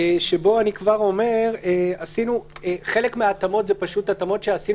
שאני כבר אומר שחלק מההתאמות הן פשוט התאמות שעשינו